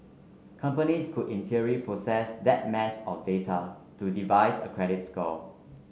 companies could in theory process that mass of data to devise a credit score